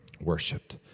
worshipped